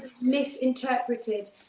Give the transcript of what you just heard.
misinterpreted